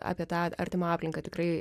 apie tą artimą aplinką tikrai